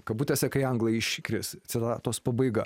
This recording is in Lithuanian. kabutėse kai anglai iškris citatos pabaiga